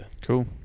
cool